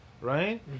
Right